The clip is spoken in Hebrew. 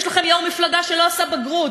יש לכם יו"ר מפלגה שלא עשה בגרות,